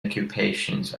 occupations